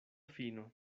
fino